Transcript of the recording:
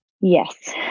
Yes